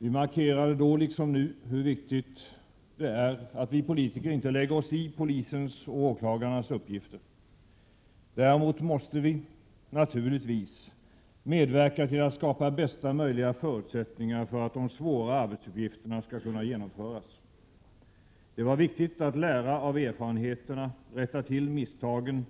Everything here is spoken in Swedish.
Vi markerade då liksom nu, hur viktigt det är att vi politiker inte lägger oss i polisens och åklagarnas uppgifter. Däremot måste vi naturligtvis medverka till att skapa bästa möjliga förutsättningar för att de svåra arbetsuppgifterna skall kunna genomföras. Det var viktigt att lära av erfarenheterna, rätta till misstagen.